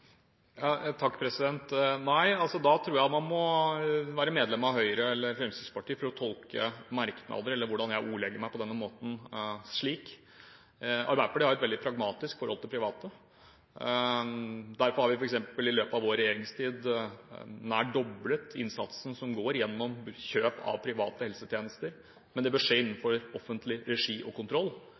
Nei, jeg tror man må være medlem av Høyre eller Fremskrittspartiet for å tolke merknader – eller slik jeg ordlegger meg – på denne måten. Arbeiderpartiet har et veldig pragmatisk forhold til private. Derfor har vi f.eks. i løpet av vår regjeringstid nær doblet innsatsen som går gjennom kjøp av private helsetjenester, men det bør skje innenfor offentlig regi og kontroll.